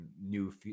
new